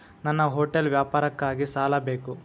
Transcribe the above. ನನ್ನ ಹೋಟೆಲ್ ವ್ಯಾಪಾರಕ್ಕಾಗಿ ಸಾಲ ಬೇಕು